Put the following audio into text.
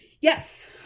Yes